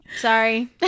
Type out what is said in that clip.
Sorry